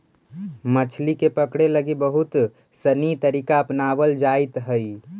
मछली के पकड़े लगी बहुत सनी तरीका अपनावल जाइत हइ